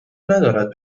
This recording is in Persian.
ندارد